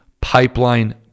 pipeline